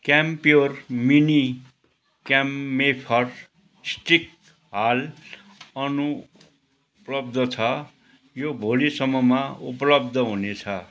CamPure mini camphor stick हाल अनुपलब्ध छ यो भोलिसम्ममा उपलब्ध हुनेछ